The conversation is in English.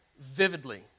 vividly